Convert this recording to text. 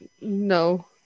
No